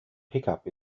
pickup